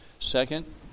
Second